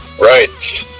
right